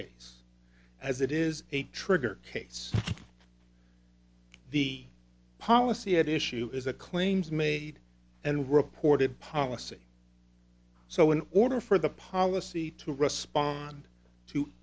case as it is a trigger case the policy at issue is a claims made and reported policy so in order for the policy to respond to